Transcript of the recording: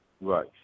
Right